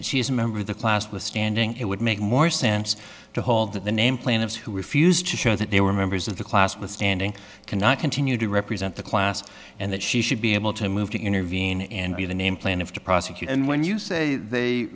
that she is a member of the class with standing it would make more sense to hold the name plaintiffs who refused to show that they were members of the class with standing cannot continue to represent the class and that she should be able to move to intervene and be the name plan if to prosecute and when you say they